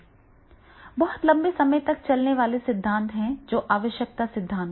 बहुत लंबे समय तक चलने वाले सिद्धांत हैं जो आवश्यकता सिद्धांत हैं